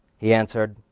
he answered,